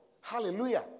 Hallelujah